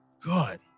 Good